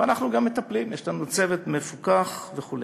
ואנחנו גם מטפלים, יש לנו צוות מפוקח וכו'.